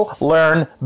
learn